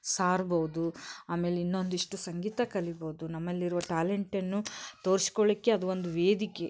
ಸಾರ್ಬೋದು ಆಮೇಲೆ ಇನ್ನೊಂದಿಷ್ಟು ಸಂಗೀತ ಕಲೀಬೋದು ನಮ್ಮಲ್ಲಿರುವ ಟ್ಯಾಲೆಂಟನ್ನು ತೋರ್ಸ್ಕೊಳ್ಲಿಕ್ಕೆ ಅದು ಒಂದು ವೇದಿಕೆ